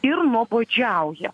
ir nuobodžiauja